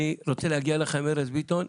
אני רוצה להגיע אליך עם ארז ביטון,